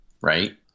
Right